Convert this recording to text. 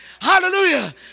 hallelujah